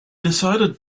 decided